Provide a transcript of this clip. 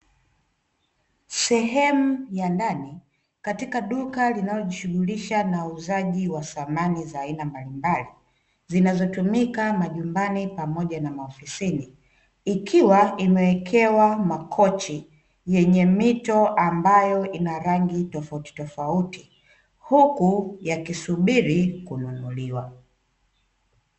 Sehemu ya ndani katika duka linalojishughulisha na uuzaji wa samani za aina mbalimbali, zinazotumika majumbani pamoja na maofisini. Ikiwa imewekewa makochi yenye mito ambayo ina rangi tofautitofauti, huku yakisubiri kununuliwa.